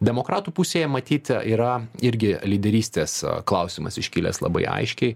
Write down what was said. demokratų pusėje matyt yra irgi lyderystės klausimas iškilęs labai aiškiai